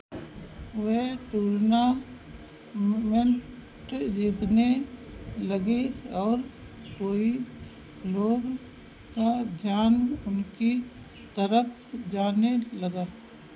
वे tournament जीतने लगी और कई लोगों का ध्यान उनकी तरफ़ जाने लगा